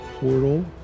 portal